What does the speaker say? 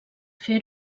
fer